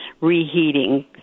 reheating